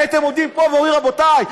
הייתם עומדים פה ואומרים: רבותיי,